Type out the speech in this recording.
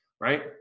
Right